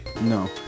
No